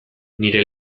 nire